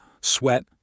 sweat